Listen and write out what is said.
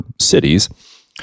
cities